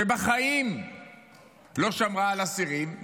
שבחיים לא שמרה על אסירים,